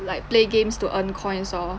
like play games to earn coins or